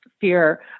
fear